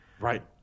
Right